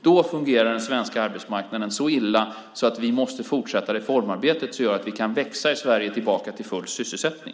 Då fungerar den svenska arbetsmarknaden så illa att vi måste fortsätta det reformarbete som gör att vi i Sverige kan växa tillbaka till full sysselsättning.